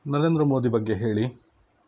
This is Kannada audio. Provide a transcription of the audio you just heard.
ನರೇಂದ್ರ ಮೋದಿ ಬಗ್ಗೆ ಹೇಳಿ